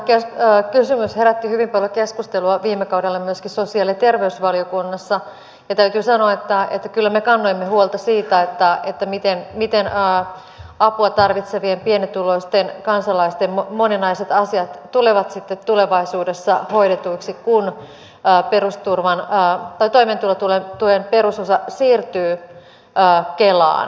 tämä kysymys herätti hyvin paljon keskustelua viime kaudella myöskin sosiaali ja terveysvaliokunnassa ja täytyy sanoa että kyllä kannoimme huolta siitä miten apua tarvitsevien pienituloisten kansalaisten moninaiset asiat tulevat sitten tulevaisuudessa hoidetuiksi kun toimeentulotuen perusosa siirtyy kelaan